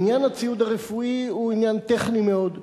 עניין הציוד הרפואי הוא עניין טכני מאוד,